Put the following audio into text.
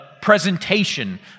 presentation